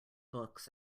books